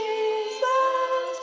Jesus